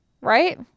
Right